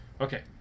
Okay